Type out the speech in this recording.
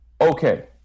Okay